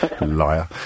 Liar